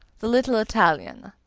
the little italian.